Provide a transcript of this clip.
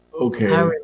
Okay